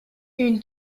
une